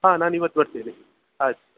ಹಾಂ ನಾನು ಇವತ್ತು ಬರ್ತೀನಿ ಆಯಿತು